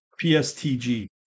PSTG